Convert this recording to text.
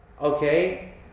okay